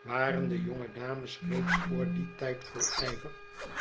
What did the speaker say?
waren de jonge dames reeds voor dien tijd vol ijver